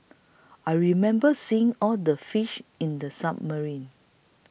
I remember seeing all the fish in the submarine